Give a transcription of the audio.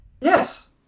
Yes